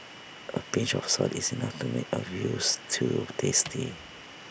A pinch of salt is enough to make A Veal Stew tasty